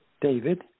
David